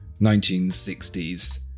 1960s